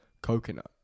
coconut